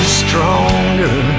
stronger